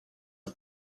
are